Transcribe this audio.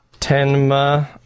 Tenma